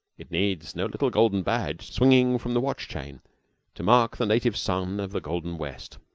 it needs no little golden badge swinging from the watch-chain to mark the native son of the golden west,